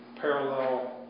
parallel